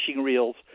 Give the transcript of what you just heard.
reels